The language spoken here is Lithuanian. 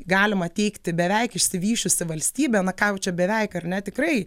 galima teigti beveik išsivysčiusi valstybė na ką jau čia beveik ar ne tikrai